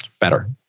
better